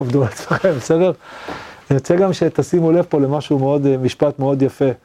עבדו על עצמכם בסדר, אני רוצה גם שתשימו לב פה למשהו מאוד, משפט מאוד יפה.